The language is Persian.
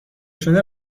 شده